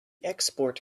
export